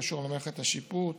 קשור למערכת השיפוט,